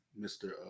Mr